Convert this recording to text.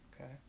Okay